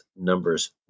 Numbers